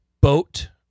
boat